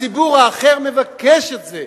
הציבור האחר מבקש את זה.